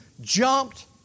jumped